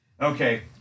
okay